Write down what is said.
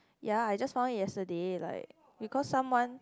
ya I just found it yesterday like because someone